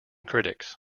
critics